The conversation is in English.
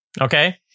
Okay